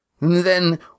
Then